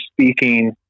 speaking